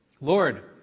Lord